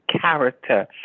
character